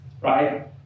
right